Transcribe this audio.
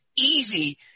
easy